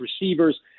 receivers